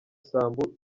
sambu